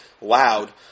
loud